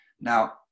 Now